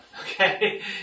okay